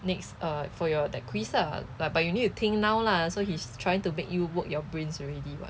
next uh for your that quiz lah but but you need to think now lah so he's trying to make you work your brains already [what]